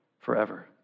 forever